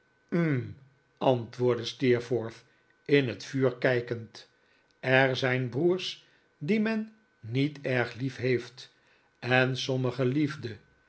hm antwoordde steerforth in het vuur kijkend er zijn broers die men niet erg lief heeft en sommige lief